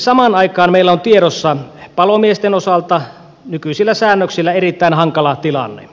samaan aikaan meillä on tiedossa palomiesten osalta nykyisillä säännöksillä erittäin hankala tilanne